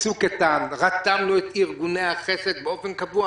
ב"צוק איתן" רתמנו את ארגוני החסד באופן קבוע,